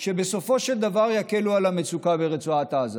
מנת שערבים מהסביבה של גוש עציון ישתלו, נא לסיים.